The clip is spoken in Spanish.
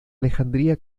alejandría